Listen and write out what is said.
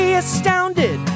astounded